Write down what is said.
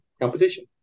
competition